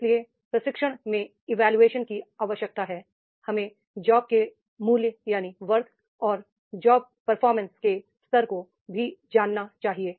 इसलिए प्रशिक्षण में इवोल्यूशन की आवश्यकता है हमें जॉब के मूल्य और जॉब परफॉर्मेंस के स्तर को भी जानना चाहिए